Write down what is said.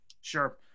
sure